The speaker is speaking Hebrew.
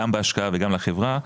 גם בהשקעה וגם לחברה,